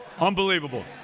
Unbelievable